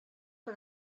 per